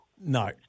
No